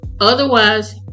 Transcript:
Otherwise